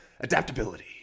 adaptability